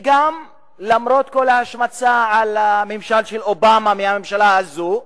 למרות כל ההשמצה של ממשל אובמה בממשלה הזאת,